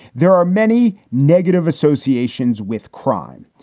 there are many negative associations with crime,